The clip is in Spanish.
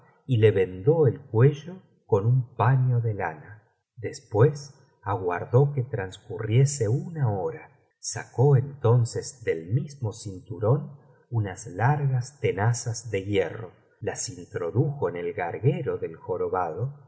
y le vendó el cuello con un paño de lana después aguardó que transcurriese una hora sacó entonces del mismo chitaron unas largas tenazas de hierro las introdujo en el garguero del jorobado